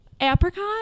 apricot